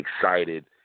excited